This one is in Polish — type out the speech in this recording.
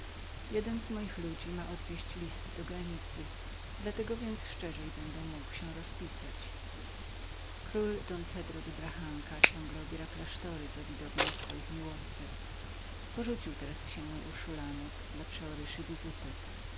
jeden z moich ludzi ma odwieźć list do granicy dla tego więc szerzej będę mógł się rozpisać król don pedro de braganca ciągle obiera klasztory za widownię swoich miłostek porzucił teraz ksienię urszulinek dla przeoryszy